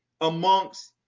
amongst